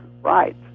right